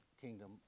kingdom